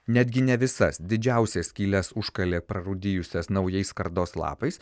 netgi ne visas didžiausias skyles užkalė prarūdijusias naujais skardos lapais